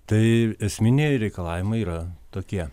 tai esminiai reikalavimai yra tokie